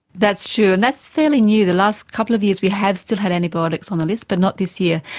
that's true, and that's fairly new. the last couple of years, we have still had antibiotics on the list, but not this year.